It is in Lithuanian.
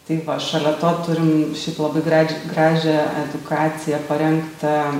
taip va šalia to turim labai gradž gražią edukaciją parengtą